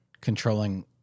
controlling